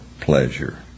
pleasure